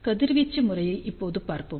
கதிர்வீச்சு முறையை இப்போது பார்ப்போம்